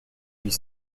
huit